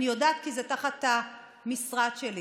אני יודעת כי זה תחת המשרד שלי.